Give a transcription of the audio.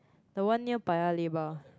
the one near Paya-Lebar